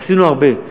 עשינו הרבה.